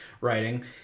writing